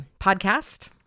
podcast